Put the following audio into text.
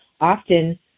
often